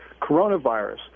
coronavirus